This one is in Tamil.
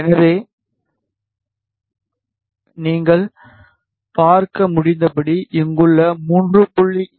எனவே நீங்கள் பார்க்க முடிந்தபடி இங்குள்ள 3